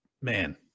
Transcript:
man